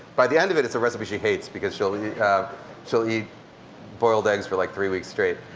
by the end of it it's a recipe she hates, because she'll eat she'll eat boiled eggs for like three weeks straight.